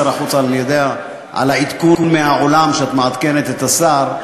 סגנית שר החוץ על העדכון מהעולם שאת מעדכנת בו את השר.